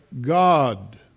God